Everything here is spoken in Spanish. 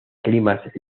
climas